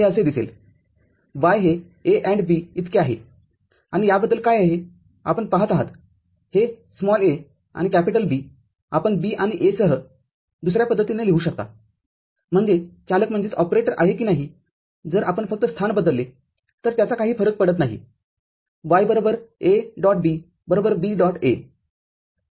हे असे दिसेल Y हे A AND B इतके आहे आणि याबद्दल काय आहे आपण पहात आहातहे a आणि B आपण B आणि A सह दुसर्या पद्धतीने लिहू शकता म्हणजेचालक आहे की नाही जर आपण फक्त स्थान बदलले तर त्याचा काही फरक पडत नाही